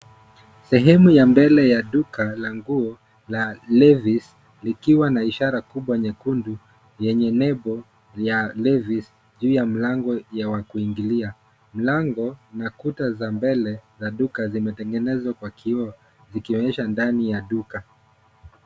Sehemu ya mbele ya duka la nguo la [cs ] Levis [cs ] likiwa na ishara kubwa nyekundu yenye nembo ya[cs ] Levis[cs ] juu ya mlango ya wa kuingilia. Mlango na kuta za mbele za duka zimetengenezwa kwa kioo zikionyesha ndani ya duka.